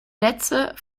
netze